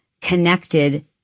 connected